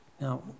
Now